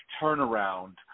turnaround